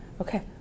Okay